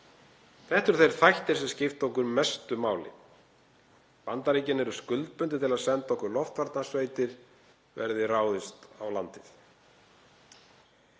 Þetta eru þeir þættir sem skipta okkur mestu máli. Bandaríkin eru skuldbundin til að senda okkur loftvarnasveitir verði ráðist á landið.